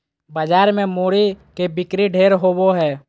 बाजार मे मूरी के बिक्री ढेर होवो हय